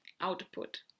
output